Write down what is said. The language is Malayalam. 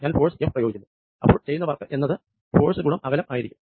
ഞാൻ ഫോഴ്സ് എഫ് പ്രയോഗിക്കുന്നു സ്പ്പോൾ ചെയ്യുന്ന വർക്ക് എന്നത് ഫോഴ്സ് ഗുണം അകലം ആയിരിക്കും